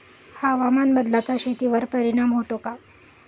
हवामान बदलाचा शेतीवर परिणाम होतो का?